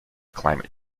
climate